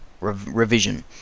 revision